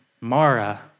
Mara